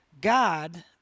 God